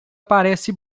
parece